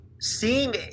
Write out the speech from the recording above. seeing